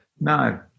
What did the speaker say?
No